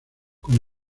con